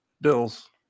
Bills